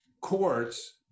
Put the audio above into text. courts